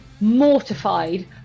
mortified